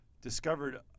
discovered